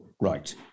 Right